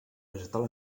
vegetal